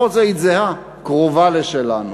לא רוצה להגיד "זהה", קרובה לשלנו.